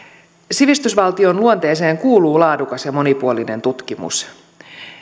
sivistysvaltion luonteeseen kuuluu laadukas ja monipuolinen tutkimus